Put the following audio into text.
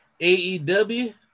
AEW